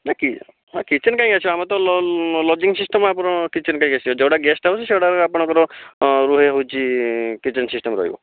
ନା କି ନା କିଚେନ୍ କାହିଁ ଆସିବ ଆମର ତ ଲ ଲଜିଙ୍ଗ ସିଷ୍ଟମ୍ ଆମର କିଚେନ୍ କାହିଁ ଆସିବ ଯେଉଁଗୁଡ଼ା ଗେଷ୍ଟ ହାଉସ୍ ସେଗୁଡ଼ାକ ଆପଣଙ୍କର ରୁହେ ହେଉଛି କିଚେନ୍ ସିଷ୍ଟମ୍ ରହିବ